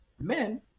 men